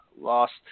lost